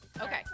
okay